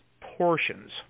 portions